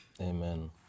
Amen